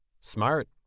Smart